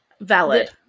Valid